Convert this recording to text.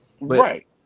right